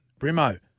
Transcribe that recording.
Brimo